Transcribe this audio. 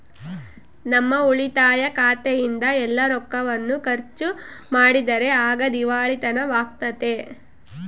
ನಮ್ಮ ಉಳಿತಾಯ ಖಾತೆಯಿಂದ ಎಲ್ಲ ರೊಕ್ಕವನ್ನು ಖರ್ಚು ಮಾಡಿದರೆ ಆಗ ದಿವಾಳಿತನವಾಗ್ತತೆ